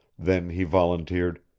then he volunteered,